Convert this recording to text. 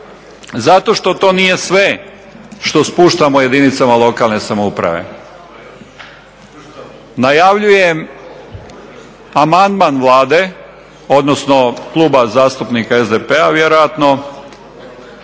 Zato što to nije sve što spuštamo jedinicama lokalne samouprave. Najavljujem amandman Vlade, odnosno Kluba zastupnika SDP-a vjerojatno